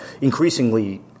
increasingly